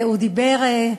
הוא דיבר,